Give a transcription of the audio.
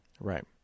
Right